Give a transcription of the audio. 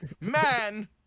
man